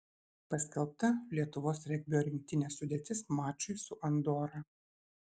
paskelbta lietuvos regbio rinktinės sudėtis mačui su andora